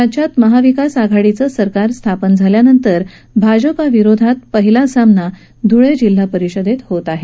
राज्यात महाविकास आघाडीचे सरकार स्थापन झाल्यानंतर भाजपा विरोधात पहिला सामना ध्ळे जिल्हा परिषदेत होत आहे